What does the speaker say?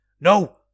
No